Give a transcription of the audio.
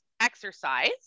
exercise